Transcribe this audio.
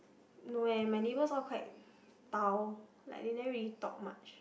no leh my neighbours all quite dao like they never really talk much